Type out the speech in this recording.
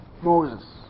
Moses